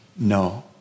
No